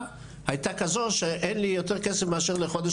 הייתה כזו שאין לי כסף חוץ מחודש קדימה.